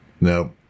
No